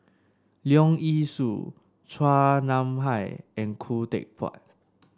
Leong Yee Soo Chua Nam Hai and Khoo Teck Puat